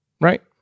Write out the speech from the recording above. Right